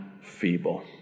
feeble